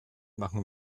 machen